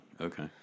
okay